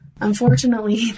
unfortunately